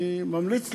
אני ממליץ לכם,